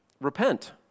repent